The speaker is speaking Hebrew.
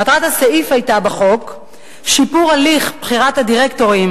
מטרת הסעיף בחוק היתה שיפור הליך בחירת הדירקטורים